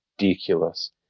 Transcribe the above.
ridiculous